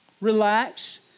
relax